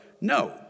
No